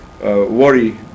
worry